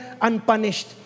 unpunished